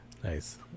nice